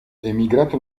emigrato